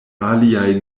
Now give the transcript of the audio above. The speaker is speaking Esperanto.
aliaj